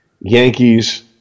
Yankees